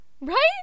Right